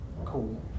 Cool